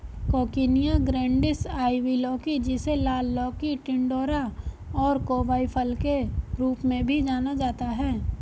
coccinia grandis, ivy लौकी, जिसे लाल लौकी, टिंडोरा और कोवाई फल के रूप में भी जाना जाता है